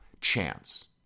chance